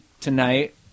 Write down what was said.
tonight